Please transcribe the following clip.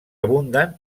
abunden